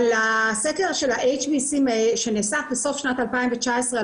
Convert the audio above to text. אבל הסקר שנעשה בסוף שנת 2018,